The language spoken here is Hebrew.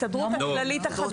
נכון.